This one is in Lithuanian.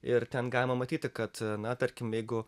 ir ten galima matyti kad na tarkim jeigu